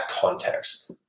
context